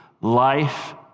life